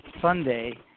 Sunday